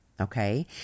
Okay